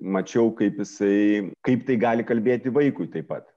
mačiau kaip jisai kaip tai gali kalbėti vaikui taip pat